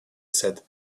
said